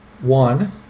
one